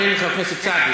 תן לחבר הכנסת סעדי.